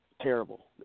terrible